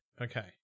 Okay